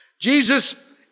Jesus